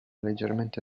leggermente